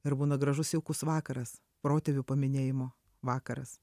ir būna gražus jaukus vakaras protėvių paminėjimo vakaras